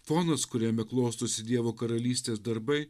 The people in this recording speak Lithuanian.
fonas kuriame klostosi dievo karalystės darbai